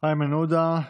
איימן עודה.